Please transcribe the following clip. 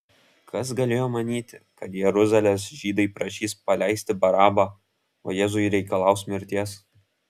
kas galėjo manyti kad jeruzalės žydai prašys paleisti barabą o jėzui reikalaus mirties